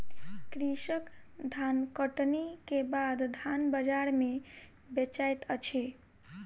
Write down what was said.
कृषक धानकटनी के बाद धान बजार में बेचैत अछि